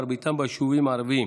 מרביתם ביישובים ערביים,